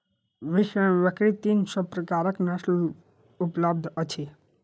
विश्व में बकरी के तीन सौ प्रकारक नस्ल उपलब्ध अछि